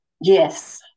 Yes